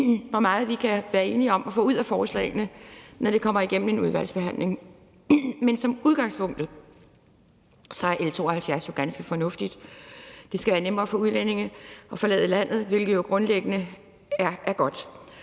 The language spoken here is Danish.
hvor meget vi kan blive enige om at få ud af forslaget, når det kommer igennem en udvalgsbehandling. Men som udgangspunkt er L 72 jo ganske fornuftigt. Det skal være nemmere for udlændinge at forlade landet, hvilket grundlæggende er godt.